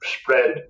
spread